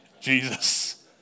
Jesus